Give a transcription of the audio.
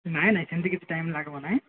ନାଇଁ ନାଇଁ ସେମିତି କିଛି ଟାଇମ୍ ଲାଗିବ ନାହିଁ